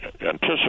anticipate